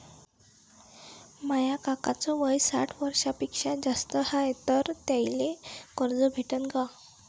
माया काकाच वय साठ वर्षांपेक्षा जास्त हाय तर त्याइले कर्ज भेटन का?